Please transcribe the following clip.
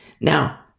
now